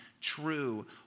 true